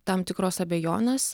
tam tikros abejonės